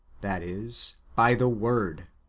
that is, by the word.